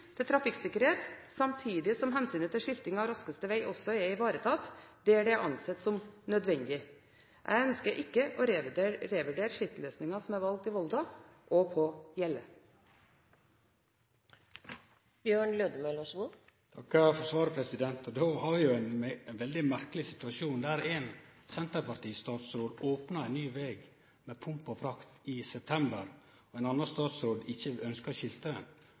til trafikksikkerhet, samtidig som hensynet til skilting av raskeste vei også er ivaretatt der det er ansett som nødvendig. Jeg ønsker ikke å revurdere skiltløsningen som er valgt i Volda og på Hjelle. Eg takkar for svaret. Då har vi ein veldig merkeleg situasjon der ein senterpartistatsråd opnar ein ny veg med pomp og prakt i september, og ein annan statsråd